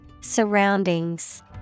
Surroundings